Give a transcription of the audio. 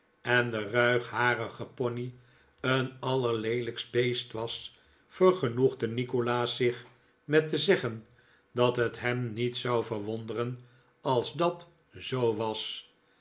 en de ruigharige pony een allerleelijkst beest was vergenoegde nikolaas zich met te zeggen dat t hem niet zou verwonderen als dat zoo was